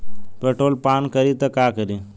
Petrol पान करी त का करी?